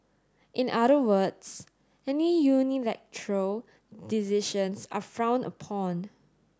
in other words any unilateral decisions are frowned upon